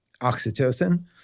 oxytocin